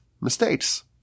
mistakes